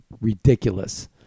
ridiculous